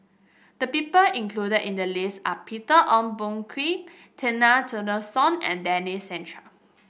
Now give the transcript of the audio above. the people included in the list are Peter Ong Boon Kwee Zena Tessensohn and Denis Santry